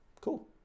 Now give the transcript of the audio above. cool